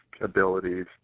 abilities